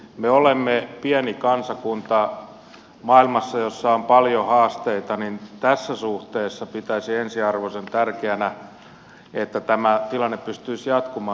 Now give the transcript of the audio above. me olemme pieni kansakunta maailmassa jossa on paljon haasteita joten tässä suhteessa pitäisin ensiarvoisen tärkeänä että tämä tilanne pystyisi jatkumaan